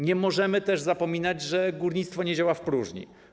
Nie możemy też zapominać, że górnictwo nie działa w próżni.